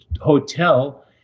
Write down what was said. hotel